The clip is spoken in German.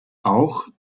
auch